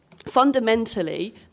fundamentally